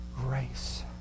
grace